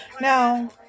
now